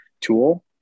tool